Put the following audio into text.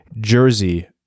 jersey